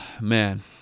Man